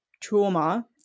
trauma